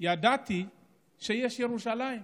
ידעתי שיש ירושלים.